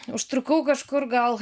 užtrukau kažkur gal